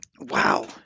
Wow